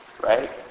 right